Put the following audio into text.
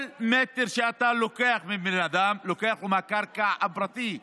כל מטר שאתה לוקח מבן אדם אתה לוקח לו מהקרקע הפרטית,